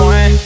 One